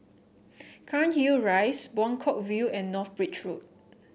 Cairnhill Rise Buangkok View and North Bridge Road